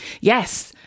Yes